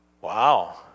Wow